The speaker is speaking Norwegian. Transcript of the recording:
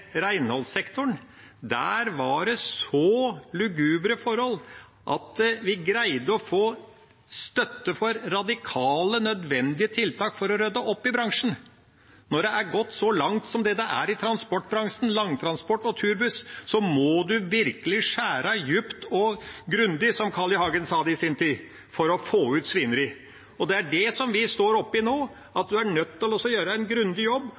Der var det så lugubre forhold at vi greide å få støtte for radikale, nødvendige tiltak for å rydde opp i bransjen. Når det er gått så langt som det er i transportbransjen – langtransport og turbuss – må en virkelig skjære djupt og grundig, som Carl I. Hagen sa det i sin tid, for å få ut svineriet. Det er det vi står oppe i nå, at en er nødt til å gjøre en grundig jobb,